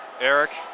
Eric